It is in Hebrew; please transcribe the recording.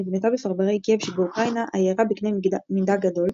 נבנתה בפרברי קייב שבאוקראינה עיירה בקנה מידה גדול,